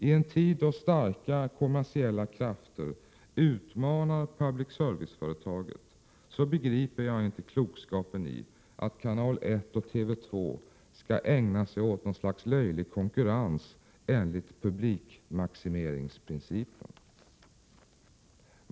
I en tid då starka kommersiella krafter utmanar public service-företaget begriper jag inte klokheten i att kanal 1 och TV 2 skall ägna sig åt något slags löjlig konkurrens enligt publikmaximeringsprincipen.